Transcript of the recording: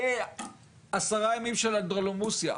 יהיו 10 ימים של אנדרלמוסיה,